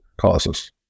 causes